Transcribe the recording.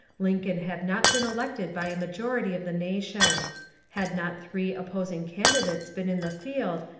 lincoln had not been elected by a majority of the nation had not three opposing candidates been in the field,